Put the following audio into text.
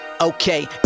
Okay